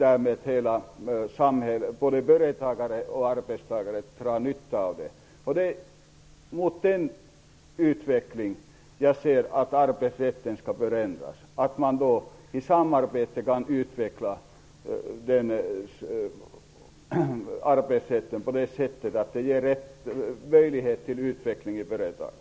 Därmed kan både företagare och arbetstagare dra nytta av detta. Mot den bakgrunden menar jag att arbetsrätten skall förändras, så att man i samarbete kan utveckla arbetsrätten på ett sådant sätt att möjlighet ges till utveckling i företagen.